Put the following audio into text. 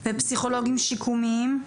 ופסיכולוגים שיקומיים?